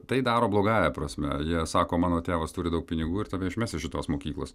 tai daro blogąja prasme jie sako mano tėvas turi daug pinigų ir tave išmes iš šitos mokyklos